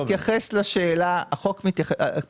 הממשלה הוקמה ב-13 ביוני.